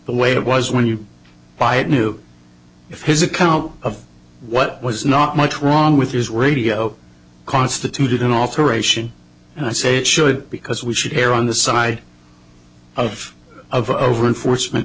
the way it was when you buy it new if his account of what was not much wrong with his radio constituted an alteration and i say it should because we should err on the side of of over enforcement